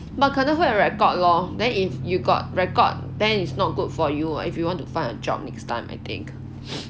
but 可能会有 record lor then if you got record than is not good for you if you want to find a job next time I think